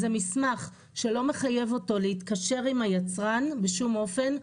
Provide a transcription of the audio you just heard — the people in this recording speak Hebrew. זה מסמך שלא מחייב אותו להתקשר עם היצרן בשום אופן,